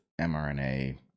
mrna